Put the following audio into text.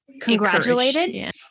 congratulated